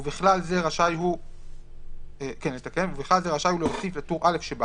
ובכלל זה רשאי הוא להוסיף לטור א' שבה